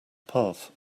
path